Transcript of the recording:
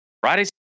Friday